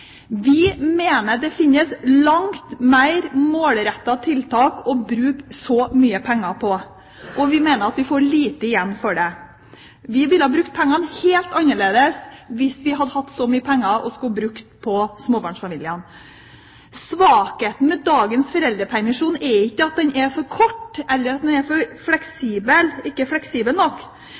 Vi mener det finnes langt mer målrettede tiltak å bruke så mye penger på, og vi mener vi får lite igjen for det. Vi ville ha brukt dem helt annerledes hvis vi hadde hatt så mye penger å bruke på småbarnsfamiliene. Svakheten ved dagens foreldrepermisjon er ikke at den er for kort, eller at den ikke er fleksibel nok. Den største svakheten ved foreldrepermisjonen i dag er at ikke